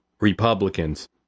Republicans